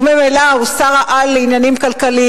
ממילא הוא שר-העל לעניינים כלכליים,